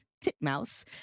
Titmouse